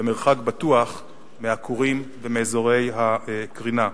במרחק בטוח מהכורים ומאזורי הקרינה.